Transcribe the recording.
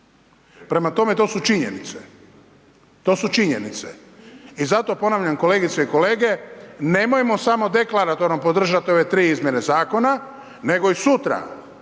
činjenice. To su činjenice. I zato ponavljam, kolegice i kolege, nemojmo samo deklaratorno podržati ove tri izmjene zakona nego i sutra